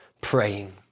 praying